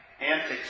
antics